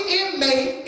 inmate